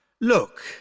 Look